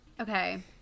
Okay